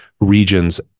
regions